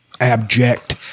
abject